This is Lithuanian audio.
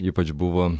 ypač buvo